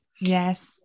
Yes